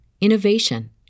innovation